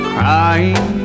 Crying